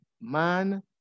man